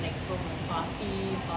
then